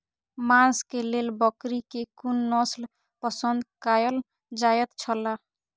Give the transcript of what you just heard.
मांस के लेल बकरी के कुन नस्ल पसंद कायल जायत छला?